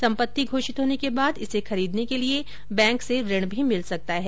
सम्पत्ति घोषित होने के बाद इसे खरीदने के लिए बैंक से ऋण भी मिल सकता है